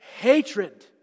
hatred